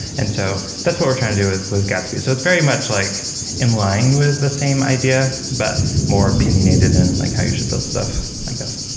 and so that's what we're trying to do with with gatsby. so it's very much like in line with the same idea, but more opinionated and like how you should build stuff, i guess.